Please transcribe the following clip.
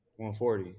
140